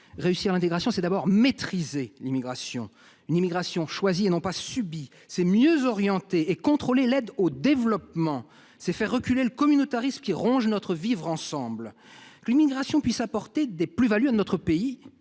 Réussir l’intégration, c’est d’abord maîtriser l’immigration, pour que celle ci soit choisie et non pas subie. C’est mieux orienter et contrôler l’aide au développement. C’est faire reculer le communautarisme qui ronge notre vivre ensemble. L’immigration peut apporter des plus values à notre pays,